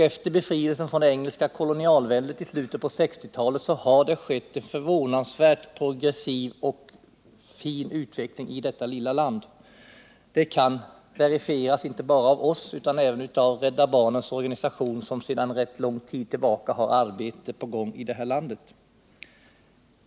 Efter befrielsen från det engelska kolonialväldet i slutet av 1960-talet har det skett en förvånansvärt progressiv och fin utveckling i detta lilla land. Det kan verifieras inte bara av oss utan även av Rädda barnens organisation, som sedan rätt lång tid har arbete på gång i landet.